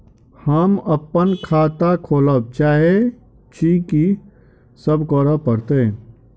हम अप्पन खाता खोलब चाहै छी की सब करऽ पड़त?